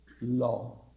law